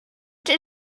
did